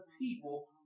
people